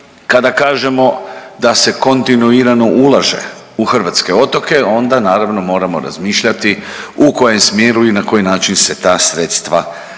kada kažemo da se kontinuirano ulaže u hrvatske otoke onda naravno moramo razmišljati u kojem smjeru i na koji način se ta sredstva kanaliziraju,